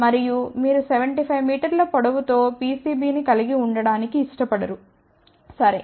మరియు మీరు 75 మీటర్ల పొడవుతో పిసిబిని కలిగి ఉండటానికి ఇష్టపడరు సరే